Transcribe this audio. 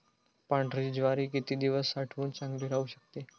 पांढरी ज्वारी किती दिवस साठवून चांगली राहू शकते?